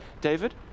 David